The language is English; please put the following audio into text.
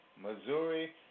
Missouri